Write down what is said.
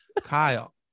kyle